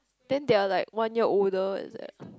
then they are like one year older is it